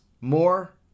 more